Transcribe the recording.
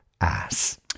ass